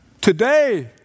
Today